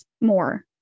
more